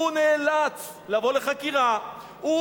הוא נאלץ לבוא לחקירה, הוא